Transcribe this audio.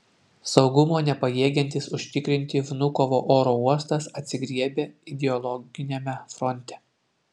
saugumo nepajėgiantis užtikrinti vnukovo oro uostas atsigriebia ideologiniame fronte